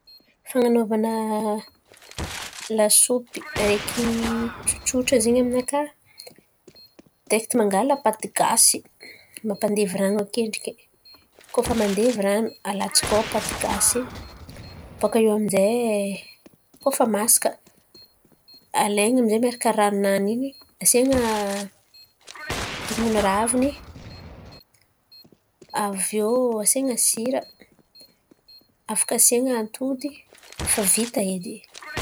Fan̈anaovana lasopy araiky tsotsotra zen̈y aminakà, direkty mangala paty gasy. Mampandevy rano akendriky. Koa fa mandevy rano, alatsaka ao paty gasy. Bôka iô aminjay, koa fa masaka, alain̈a aminjay miaraka ranonany iny asian̈a dong'olo raviny, aviô asian̈a sira, afaka asian̈a antody, fa vita edy.